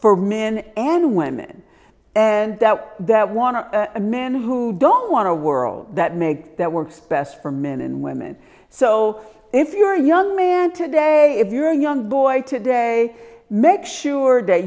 for men and women and that that want to men who don't want to world that make that works best for men and women so if you're a young man today if you're a young boy today make sure that